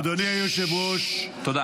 ששש, תודה.